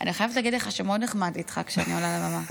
אני חייבת להגיד לך שמאוד נחמד איתך כשאני עולה לבמה.